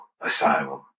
asylum